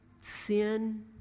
sin